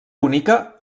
única